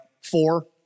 Four